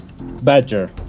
Badger